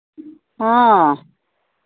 ᱦᱮᱸ